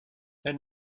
elle